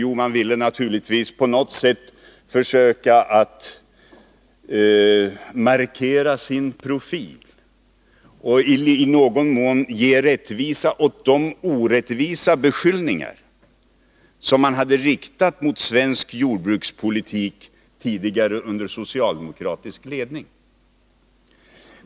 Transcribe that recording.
Jo, man ville naturligtvis på något sätt försöka markera sin profil för att motivera de 429 orättvisa beskyllningar som man hade riktat mot svensk jordbrukspolitik tidigare under socialdemokratisk ledning.